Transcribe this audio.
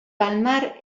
palmar